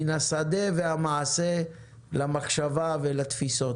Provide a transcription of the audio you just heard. מן השדה והמעשה למחשבה ולתפיסות.